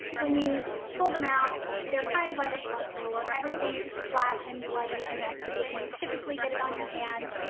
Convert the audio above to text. when you pull them out, they're kind of like a blood draw, everything is just flat and bloody and messy and you typically get it on your hands.